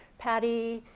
patty,